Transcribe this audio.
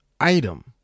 item